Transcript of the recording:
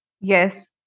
Yes